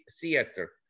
theater